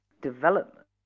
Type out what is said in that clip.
development